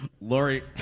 Lori